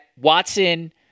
Watson